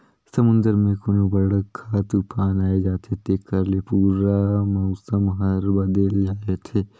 समुन्दर मे कोनो बड़रखा तुफान आये जाथे तेखर ले पूरा मउसम हर बदेल जाथे